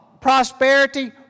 prosperity